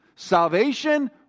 Salvation